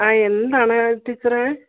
ആ എന്താണ് ടീച്ചറേ